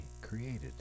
created